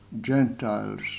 Gentiles